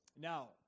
Now